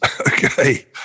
Okay